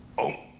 oh,